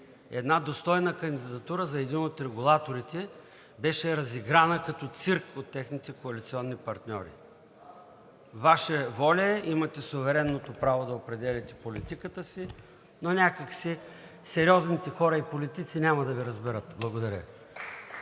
една достойна кандидатура за един от регулаторите беше разиграна като цирк от техните коалиционни партньори. Ваша воля е, имате суверенното право да определяте политиката си, но някак си сериозните хора и политици няма да Ви разберат. Благодаря